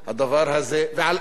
על אף זאת